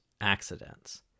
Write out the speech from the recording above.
accidents